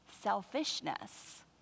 selfishness